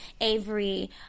Avery